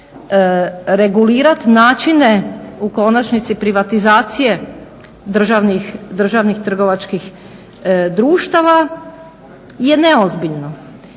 regulirati načine u konačnici privatizacije državnih trgovačkih društava je neozbiljno.